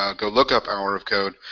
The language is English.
ah go look up hour of code.